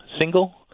single